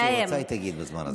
מה שהיא רוצה היא תגיד בזמן הזה.